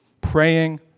Praying